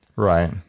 Right